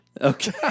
Okay